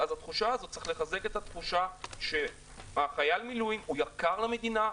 אז צריך לחזק את התחושה שחייל המילואים יקר למדינה,